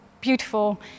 beautiful